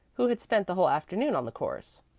who had spent the whole afternoon on the course.